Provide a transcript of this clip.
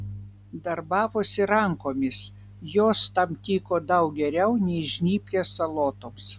darbavosi rankomis jos tam tiko daug geriau nei žnyplės salotoms